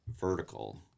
vertical